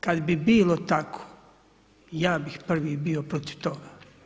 Kad bi bilo tako, ja bih prvi bio protiv toga.